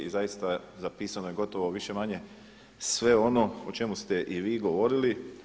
I zaista, zapisano je gotovo više-manje sve ono o čemu ste i vi govorili.